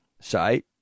say